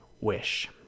wish